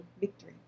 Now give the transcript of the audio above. Victory